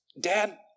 Dad